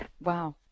Wow